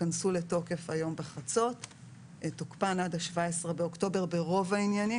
ייכנסו לתוקף היום בחצות ותוקפן עד ה-17 באוקטובר ברוב העניינים.